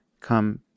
come